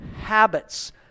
habits